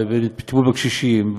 בטיפול בקשישים,